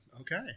Okay